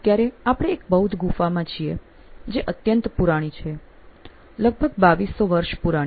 અત્યારે આપણે એક બૌદ્ધ ગુફામાં છીએ જે અત્યંત પુરાણી છે લગભગ 2200 વર્ષ પુરાણી